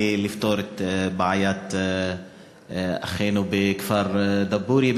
לפתור את בעיית הדיור של אחינו בכפר דבורייה.